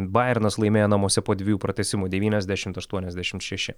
baironas laimėjo namuose po dviejų pratęsimų devyniasdešimt aštuoniasdešimt šeši